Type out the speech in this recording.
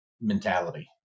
mentality